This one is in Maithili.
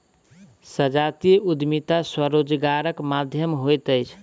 संजातीय उद्यमिता स्वरोजगारक माध्यम होइत अछि